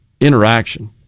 interaction